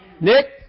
Nick